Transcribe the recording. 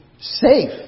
Safe